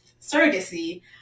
surrogacy